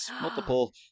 Multiple